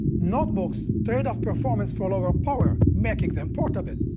notebooks trade off performance for lower power, making them portable.